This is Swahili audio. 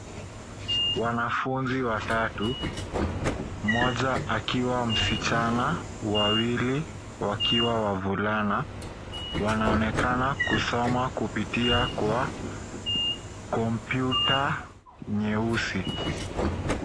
Wanafunzi watatu , mmoja akiwa msichana wawili wakiwa wavulana wanaonekana kusoma kupitia kwa kompyuta nyeusi.